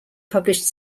published